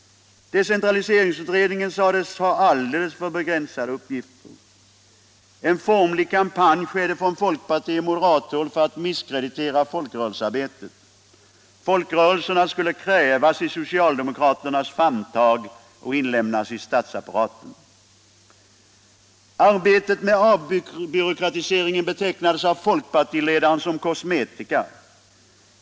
Decentraliseringsutredningen sades ha alldeles för begränsade uppgifter. En formlig kampanj fördes av folkpartiet och moderaterna för att misskreditera folkrörelsearbetet. Folkrörelserna skulle kvävas i socialdemokraternas famntag och inlemmas i statsapparaten. Arbetet med avbyråkratiseringen betecknades av folkpartiledaren som ”kosmetika”.